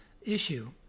issue